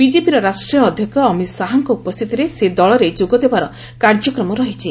ବିଜେପିର ରାଷ୍ଟ୍ରୀୟ ଅଧ୍ୟକ୍ଷ ଅମିତ୍ ଶାହାଙ୍କ ଉପସ୍ଥିତିରେ ସେ ଦଳରେ ଯୋଗ ଦେବାର କାର୍ଯ୍ୟକ୍ମ ରହିଛି